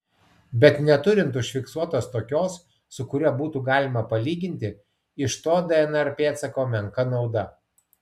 bet neturint užfiksuotos tokios su kuria būtų galima palyginti iš to dnr pėdsako menka nauda